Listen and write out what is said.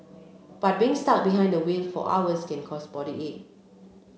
but being stuck behind the wheel for hours can cause body ache